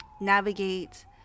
navigate